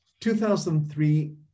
2003